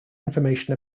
information